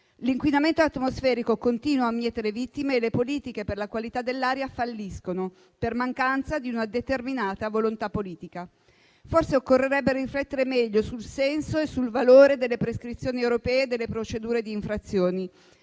L'inquinamento atmosferico continua a mietere vittime e le politiche per la qualità dell'aria falliscono per mancanza di una determinata volontà politica. Forse occorrerebbe riflettere meglio sul senso e sul valore delle prescrizioni europee e delle procedure di infrazione.